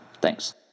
Thanks